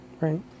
Right